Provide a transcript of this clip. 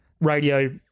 radio